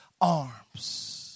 arms